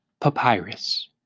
Papyrus